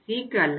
Cக்கு அல்ல